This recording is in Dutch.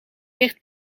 dicht